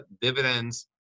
dividends